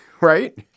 right